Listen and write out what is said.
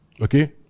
Okay